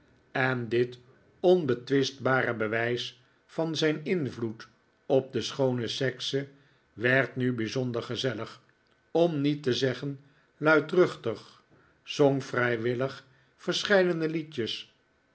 en dit onbetwistbare bewijs van zijn invloed dp de schoone sekse werd nu bijzonder gezellig om niet te zeggen luidruchtig zong vrijwillig verscheidene liedjes